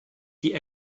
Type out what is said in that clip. die